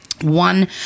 One